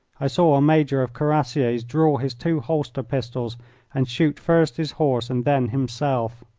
i saw a major of cuirassiers draw his two holster pistols and shoot first his horse and then himself.